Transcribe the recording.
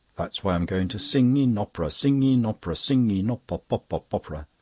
that's why i'm going to sing in op'ra, sing in op'ra, sing in op-pop-pop-pop-pop-popera.